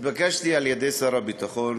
התבקשתי על-ידי שר הביטחון